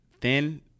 thin